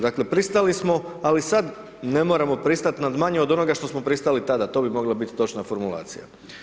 Dakle, pristali smo, ali sad ne moramo pristati na manje od onoga što smo pristali tada, to bi mogla biti točna formulacija.